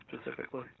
specifically